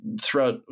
throughout